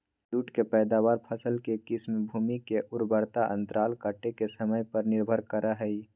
जुट के पैदावार, फसल के किस्म, भूमि के उर्वरता अंतराल काटे के समय पर निर्भर करई हई